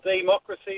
Democracy